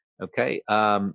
Okay